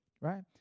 Right